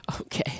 Okay